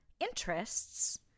interests